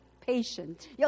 patient